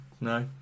no